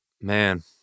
Man